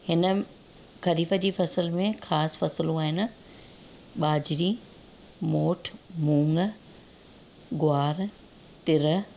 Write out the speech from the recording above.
हिन खरीफ जी फसल में ख़ासि फसलूं आहिनि बाजरी मोठ मूङ ग्वार तीर